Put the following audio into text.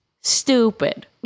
stupid